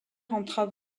entrave